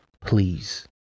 Please